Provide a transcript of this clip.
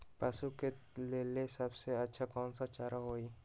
पशु के लेल सबसे अच्छा कौन सा चारा होई?